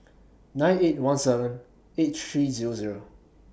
nine eight one seven eight three Zero Zero